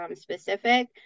specific